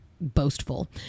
boastful